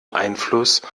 einfluss